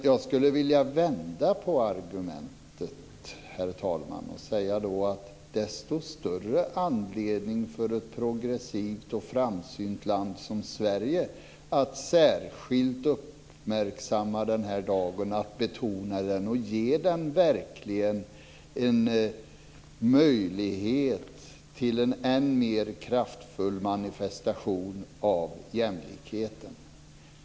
Jag skulle vilja vända på argumentet, herr talman. Då finns det desto större anledning för ett progressivt och framsynt land som Sverige att särskilt uppmärksamma den här dagen, betona den och ge en verklig möjlighet till en än mer kraftfull manifestation av jämlikheten.